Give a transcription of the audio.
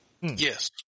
Yes